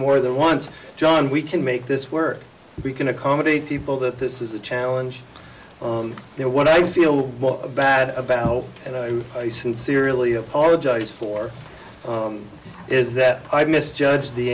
more than once john we can make this work we can accommodate people that this is a challenge you know what i feel bad about hope and i sincerely apologize for is that i misjudged the